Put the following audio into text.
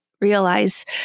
realize